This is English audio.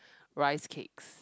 rice cakes